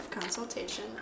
consultation